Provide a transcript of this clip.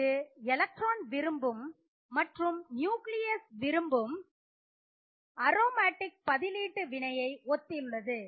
இது எலக்ட்ரான் விரும்பும் மற்றும் நியூக்ளியஸ் விரும்பும் அரோமேட்டிக் பதிலீட்டு வினையை ஒத்துள்ளது